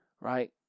right